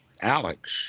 Alex